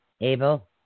Abel